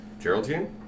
Geraldine